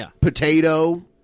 potato